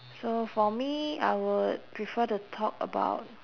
so for me I would prefer to talk about